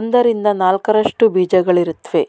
ಒಂದರಿಂದ ನಾಲ್ಕರಷ್ಟು ಬೀಜಗಳಿರುತ್ವೆ